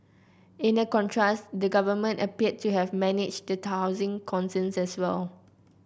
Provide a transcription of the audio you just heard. in the contrast the government appeared to have managed the housing concerns well